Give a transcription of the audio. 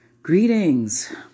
Greetings